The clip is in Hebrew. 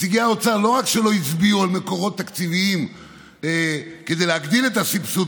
נציגי האוצר לא רק שלא הצביעו על מקורות תקציביים כדי להגדיל את הסבסוד,